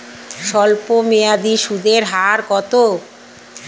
স্বল্পমেয়াদী সুদের হার কত?